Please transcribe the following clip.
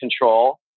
control